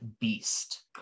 Beast